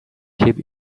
keep